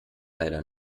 leider